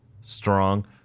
Strong